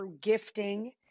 gifting